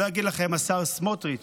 לא יגיד לכם השר סמוטריץ',